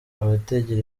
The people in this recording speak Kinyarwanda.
abategera